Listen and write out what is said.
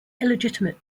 illegitimate